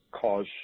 cause